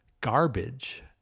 garbage